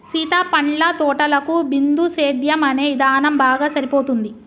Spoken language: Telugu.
సీత పండ్ల తోటలకు బిందుసేద్యం అనే ఇధానం బాగా సరిపోతుంది